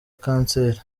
kanseri